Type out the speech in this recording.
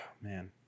man